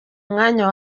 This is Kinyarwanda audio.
mwanya